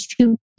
two